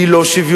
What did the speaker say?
היא לא שוויונית.